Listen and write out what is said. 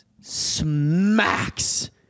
Smacks